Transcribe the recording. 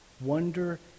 wonder